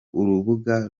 urubuga